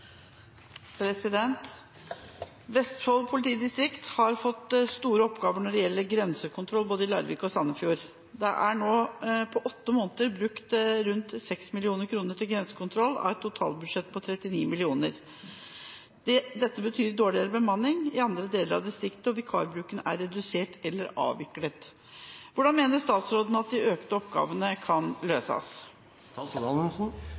Sandefjord. Det er på 8 måneder i år brukt rundt 6 mill. kr til grensekontroll av et totalbudsjett på 39 mill. kr. Dette betyr dårligere bemanning i andre deler av distriktet, og vikarbruken er redusert eller avviklet. Hvordan mener statsråden at de økte oppgavene kan